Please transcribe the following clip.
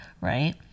right